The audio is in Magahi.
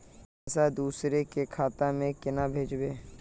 पैसा दूसरे के खाता में केना भेजबे?